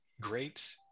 great